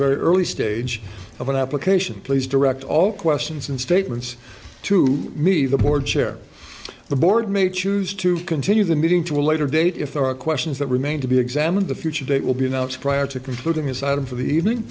very early stage of an application please direct all questions and statements to me the board chair the board may choose to continue the meeting to a later date if there are questions that remain to be examined the future date will be announced prior to concluding his item for the evening